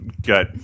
got